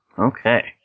Okay